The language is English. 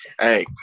Hey